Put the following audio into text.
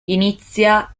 inizia